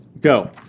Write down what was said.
Go